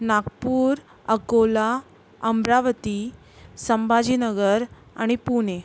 नागपूर अकोला अमरावती संभाजीनगर आणि पुणे